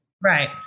Right